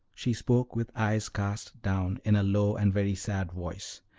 she spoke with eyes cast down, in a low and very sad voice.